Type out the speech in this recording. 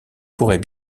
pourrait